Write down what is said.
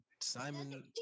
Simon